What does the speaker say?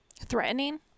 threatening